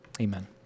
Amen